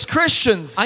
Christians